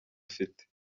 afite